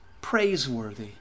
praiseworthy